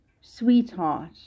Sweetheart